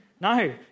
No